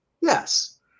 Yes